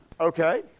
okay